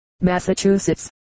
Massachusetts